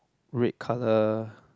red colour